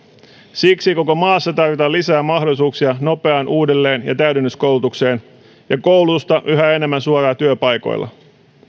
siksi koko maassa tarvitaan lisää mahdollisuuksia nopeaan uudelleen ja täydennyskoulutukseen ja koulutusta yhä enemmän suoraan työpaikoilla